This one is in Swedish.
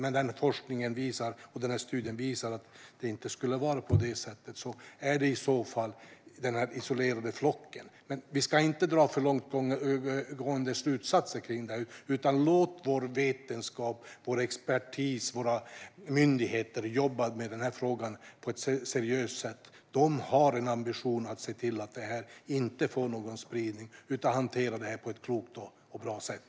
Om denna forskning och denna studie skulle visa att det inte är på det viset är det i så fall fråga om denna isolerade flock. Men vi ska inte dra för långgående slutsatser av detta, utan vi ska låta vår vetenskap, vår expertis och våra myndigheter jobba med denna fråga på ett seriöst sätt. De har en ambition att se till att detta inte får någon spridning, och de hanterar detta på ett klokt och bra sätt.